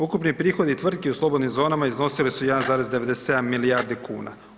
Ukupni prihodi tvrtki u slobodnim zonama iznosila su 1,97 milijardi kuna.